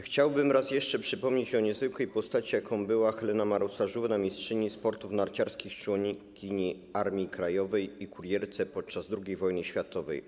Chciałbym raz jeszcze przypomnieć o niezwykłej postaci, jaką był Helena Marusarzówna, mistrzyni sportów narciarskich, członkini Armii Krajowej i kurierka podczas II wojny światowej.